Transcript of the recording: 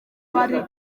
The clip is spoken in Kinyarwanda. bari